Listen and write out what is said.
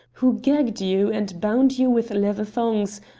who gagged you and bound you with leather thongs,